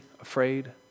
afraid